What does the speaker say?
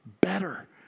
better